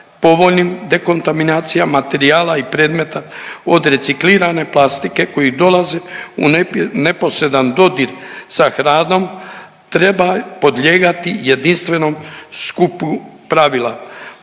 povoljnim dekontaminacija materijala i predmeta od reciklirane plastike koji dolaze u neposredan dodir sa hranom treba podlijegati jedinstvenom skupu pravila.